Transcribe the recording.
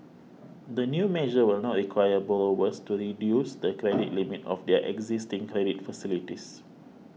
the new measure will not require borrowers to reduce the credit limit of their existing credit facilities